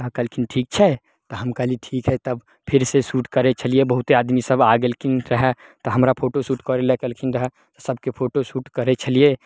तऽ कहलखिन ठीक छै तऽ हम कहलियै ठीक हइ तब फिरसँ सूट करय छलियै बहुते आदमी सभ आ गेलखिन रहय तऽ हमरा फोटो सूट करय लए कहलखिन रहय सभके फोटो सूट करय छलियै